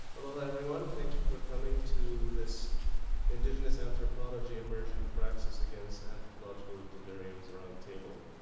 hello everyone, thank you for coming to this indigenous anthropology emergent praxis against anthropological deliriums roundtable.